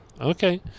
Okay